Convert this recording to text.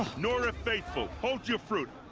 nora faithful, hold your fruit!